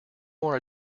more